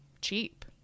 cheap